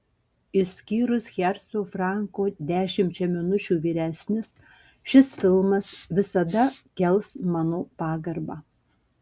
išskyrus herco franko dešimčia minučių vyresnis šis filmas visada kels mano pagarbą